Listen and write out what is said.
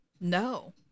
No